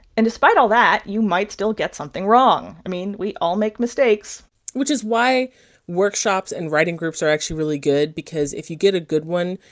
and despite all that, you might still get something wrong. i mean, we all make mistakes which is why workshops and writing groups are actually really good because if you get a good one,